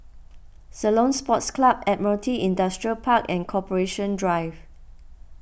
Ceylon Sports Club Admiralty Industrial Park and Corporation Drive